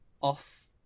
off